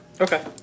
Okay